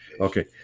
Okay